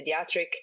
pediatric